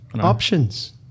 Options